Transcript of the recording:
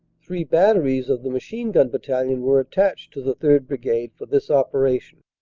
three batteries of the machine-gun battalion were attached to the third. brigade for this operation.